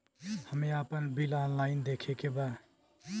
हमे आपन bill online देखे के बा?